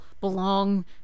belong